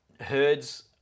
herds